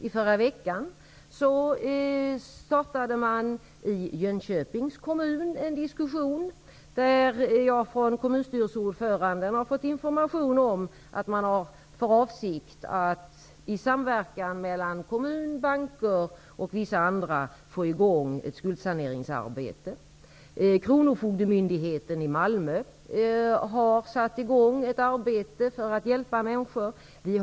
I förra veckan startade man i Jönköpings kommun en diskussion från vilken jag från kommunstyrelseordföranden har fått information om att man i samverkan mellan kommun och banker etc. har för avsikt att få i gång ett skuldsaneringsarbete. Kronofogdemyndigheten i Malmö har satt i gång ett arbete för att hjälpa människor.